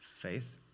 faith